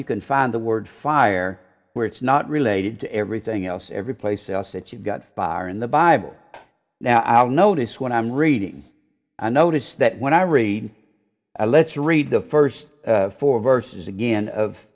you can find the word fire where it's not related to everything else everyplace else that you've got fire in the bible now i'll notice when i'm reading a notice that when i read a let's read the first four verses again of